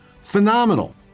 Phenomenal